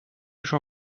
jean